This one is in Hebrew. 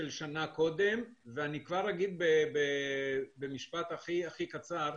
לשנה קודם ואני כבר אגיד במשפט הכי קצר,